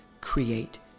create